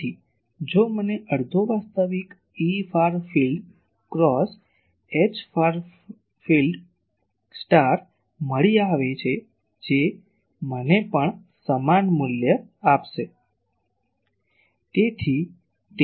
તેથી જો મને અડધો વાસ્તવિક Efar field cross Hfar field મળી આવે છે જે મને પણ આ સમાન મૂલ્ય આપશે